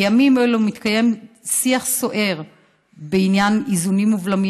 בימים אלה מתקיים שיח סוער בעניין איזונים ובלמים